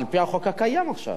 על-פי החוק הקיים עכשיו.